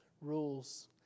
rules